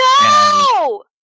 No